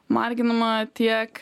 marginama tiek